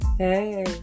Hey